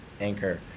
anchor